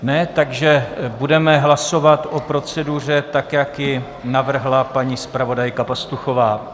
Ne, takže budeme hlasovat o proceduře tak, jak ji navrhla paní zpravodajka Pastuchová.